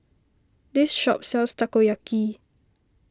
this shop sells Takoyaki